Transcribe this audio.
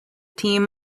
team